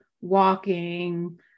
walking